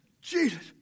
Jesus